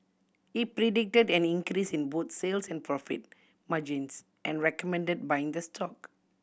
he predicted an increase in both sales and profit margins and recommended buying the stock